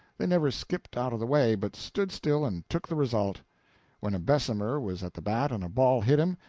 they never skipped out of the way, but stood still and took the result when a bessemer was at the bat and a ball hit him,